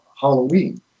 Halloween